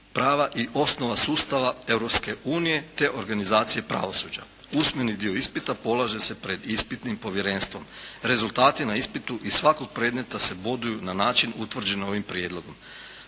prava i osnova sustava Europske unije te organizacije pravosuđa. Usmeni dio ispita polaže se pred ispitnim povjerenstvom. Rezulatati na ispitu iz svakog predmeta se boduju na način utvrđen ovim prijedlogom.